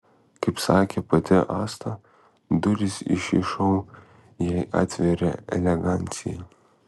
kaip sakė pati asta duris į šį šou jai atvėrė elegancija